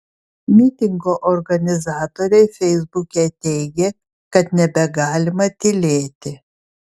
mitingo organizatoriai feisbuke teigė kad nebegalima tylėti